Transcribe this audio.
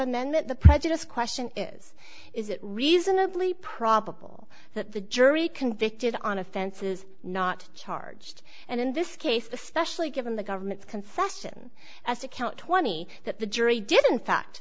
amendment the prejudiced question is is it reasonably probable that the jury convicted on offense is not charged and in this case especially given the government's concession as to count twenty that the jury didn't fa